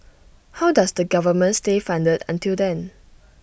how does the government stay funded until then